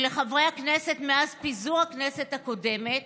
שלחברי הכנסת, מאז פיזור הכנסת הקודמת